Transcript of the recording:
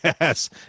Yes